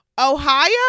Ohio